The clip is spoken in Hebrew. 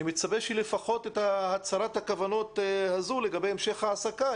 אני מצפה שלפחות הצהרת הכוונות הזו לגבי המשך ההעסקה